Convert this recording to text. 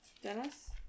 Dennis